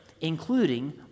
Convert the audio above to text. including